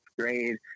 grade